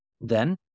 then-